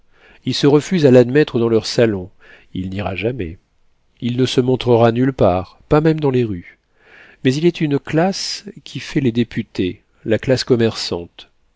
ils se refusent à l'admettre dans leurs salons il n'ira jamais il ne se montrera nulle part pas même dans les rues mais il est une classe qui fait les députés la classe commerçante